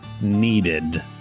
needed